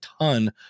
ton